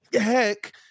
heck